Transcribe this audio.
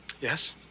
Yes